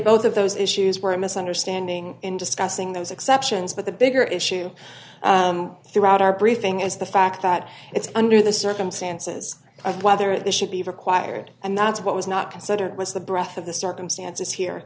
both of those issues were a misunderstanding in discussing those exceptions but the bigger issue throughout our briefing is the fact that it's under the circumstances of whether this should be required and that's what was not considered was the breath of the circumstances here